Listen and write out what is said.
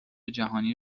جهانی